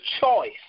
choice